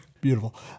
Beautiful